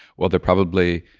well, they're probably.